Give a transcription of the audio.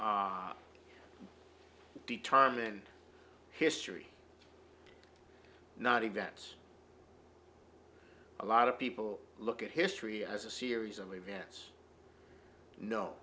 s determine history not events a lot of people look at history as a series of events no